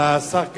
לשר כחלון,